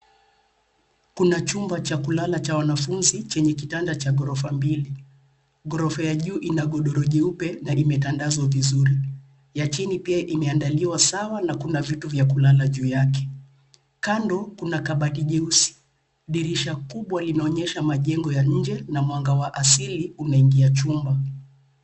Kuna chumba cha kulala cha wanafunzi chenye kitanda cha ghorofa mbili. Ghorofa ya juu ina godoro jeupe na imetandazwa vizuri, ya chini pia imeandaliwa sawa na kuna vitu vya kulala juu yake. Kando kuna kabati jeusi. Dirisha kubwa linaonyesha majengo ya nje na mwanga wa asili unaingia chumba.